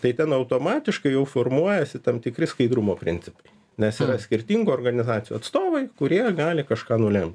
tai ten automatiškai jau formuojasi tam tikri skaidrumo principai nes yra skirtingų organizacijų atstovai kurie gali kažką nulemt